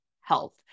health